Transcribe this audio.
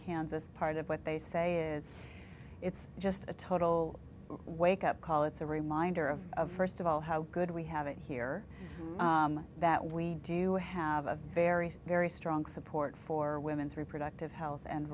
kansas part of what they say is it's just a total wake up call it's a reminder of first of all how good we have it here that we do have a very very strong support for women's reproductive health and